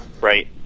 Right